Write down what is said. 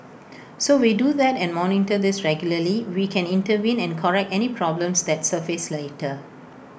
so we do that and monitor this regularly we can intervene and correct any problems that surface later